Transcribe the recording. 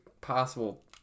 possible